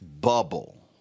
bubble